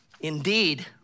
Indeed